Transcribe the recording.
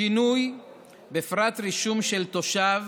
שינוי בפרט רישום של תושב